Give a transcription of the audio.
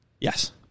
Yes